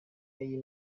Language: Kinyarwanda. y’i